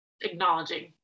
acknowledging